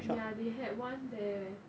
ya they had one there